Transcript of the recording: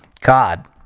God